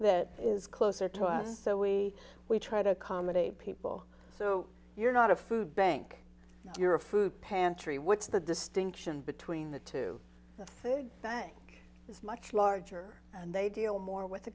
that is closer to us so we we try to accommodate people so you're not a food bank you're a food pantry what's the distinction between the two bank is much larger and they deal more with the